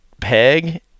peg